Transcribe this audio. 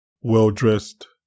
well-dressed